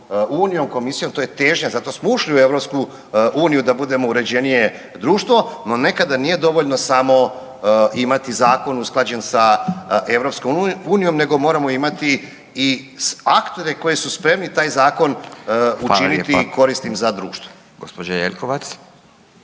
sa EU, Komisijom, to je težnja, zato smo ušli u EU, da budemo uređenije društvo, no nekada nije dovoljno samo imati zakon usklađen sa EU, nego moramo imati i aktove koji su spremni taj zakon učiniti .../Upadica: Hvala lijepa./...